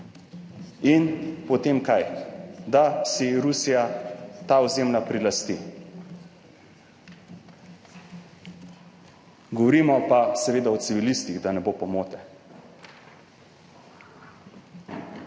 in potem kaj, da si Rusija ta ozemlja prilasti. Govorimo pa seveda o civilistih, da ne bo pomote.